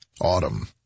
Autumn